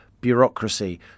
bureaucracy